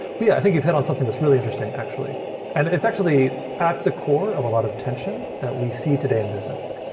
but yeah, i think you've hit on something that's really interesting actually, and it's actually at the core of a lot of tension that we see today in business.